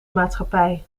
maatschappij